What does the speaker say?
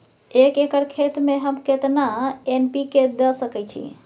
एक एकर खेत में हम केतना एन.पी.के द सकेत छी?